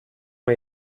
ont